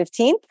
15th